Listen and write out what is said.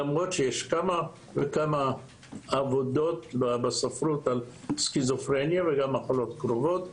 למרות שיש כמה וכמה עבודות בספרות על סכיזופרניה וגם על מחלות קרובות,